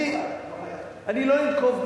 אני לא אנקוב,